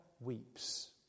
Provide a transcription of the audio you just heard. weeps